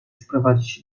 sprowadzić